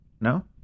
No